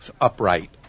upright